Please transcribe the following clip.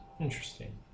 Interesting